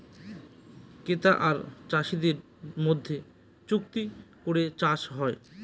ক্রেতা আর চাষীদের মধ্যে চুক্তি করে চাষ হয়